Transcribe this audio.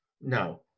no